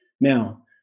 Now